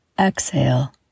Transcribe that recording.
Exhale